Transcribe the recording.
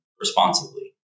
Responsibly